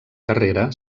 carrera